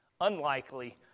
unlikely